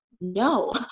No